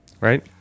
Right